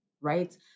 right